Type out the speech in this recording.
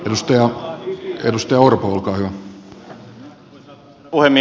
arvoisa herra puhemies